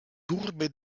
turbe